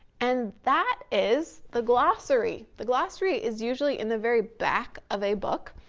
and that is, the glossary. the glossary is usually in the very back of a book.